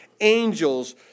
angels